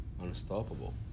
Unstoppable